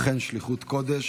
אכן, שליחות קודש.